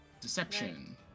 Deception